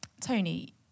Tony